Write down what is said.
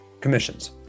commissions